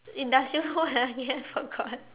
industrial what again I forgot